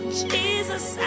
jesus